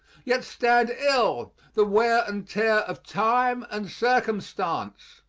yet stand ill the wear and tear of time and circumstance.